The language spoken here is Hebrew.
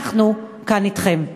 אנחנו כאן, אתכן.